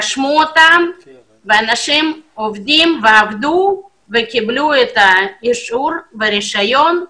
רשמו אותם ואנשים עובדים ועבדו וקיבלו את האישור והרישיון.